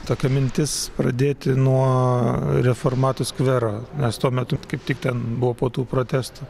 tokia mintis pradėti nuo reformatų skvero nes tuo metu kaip tik ten buvo po tų protestų